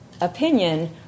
opinion